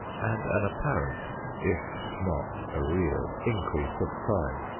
and an apparent if not a real increase of crime.